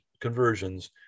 conversions